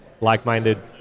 like-minded